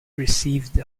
received